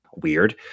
weird